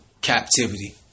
captivity